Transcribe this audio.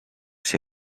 się